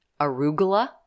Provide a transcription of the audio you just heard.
arugula